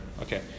Okay